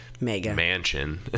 mansion